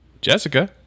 Jessica